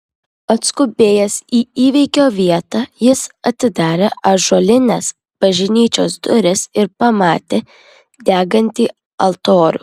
atskubėjęs į įvykio vietą jis atidarė ąžuolines bažnyčios duris ir pamatė degantį altorių